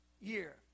year